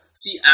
see